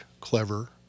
clever